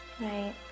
right